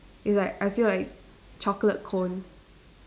it's like I feel like chocolate cone